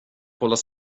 kollar